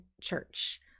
church